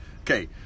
okay